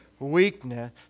Weakness